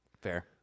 Fair